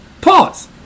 pause